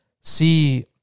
see